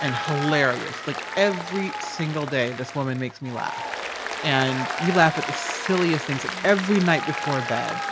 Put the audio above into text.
and hilarious. like every single day this woman makes me laugh and we laugh at the silliest things. like every night before bed,